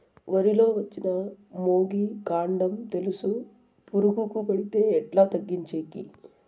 వరి లో వచ్చిన మొగి, కాండం తెలుసు పురుగుకు పడితే ఎట్లా తగ్గించేకి?